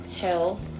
health